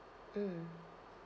mm